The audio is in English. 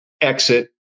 exit